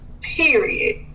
period